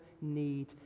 need